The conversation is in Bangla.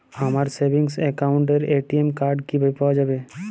আমার সেভিংস অ্যাকাউন্টের এ.টি.এম কার্ড কিভাবে পাওয়া যাবে?